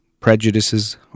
Prejudices